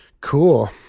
Cool